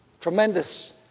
Tremendous